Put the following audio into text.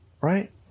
right